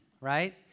right